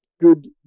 good